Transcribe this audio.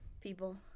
people